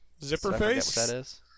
Zipperface